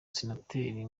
senateri